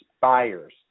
buyers